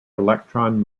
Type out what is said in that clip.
electron